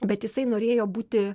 bet jisai norėjo būti